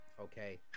Okay